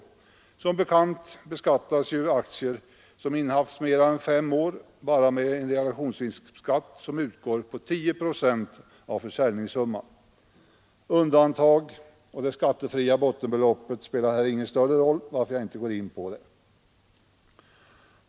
Som bekant beskattas aktier som innehafts mer än fem år bara med en realisationsvinstskatt som drabbar 10 procent av försäljningssumman. Undantag och det skattefria bottenbeloppet spelar här ingen större roll, varför jag inte går in på det.